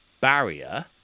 barrier